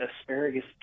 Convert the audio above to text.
asparagus